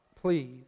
please